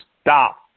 Stop